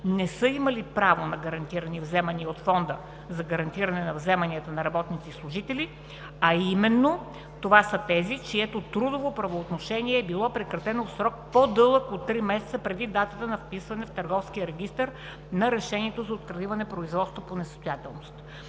не са имали право на гарантирани вземания от Фонда за гарантиране на вземанията на работници и служители, а именно това са тези, чието трудово правоотношение е било прекратено в срок, по-дълъг от три месеца преди датата на вписване в Търговския регистър на решението за откриване производството по несъстоятелност.